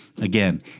Again